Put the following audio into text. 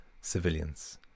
civilians